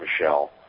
Michelle